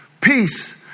peace